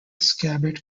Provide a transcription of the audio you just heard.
scabbard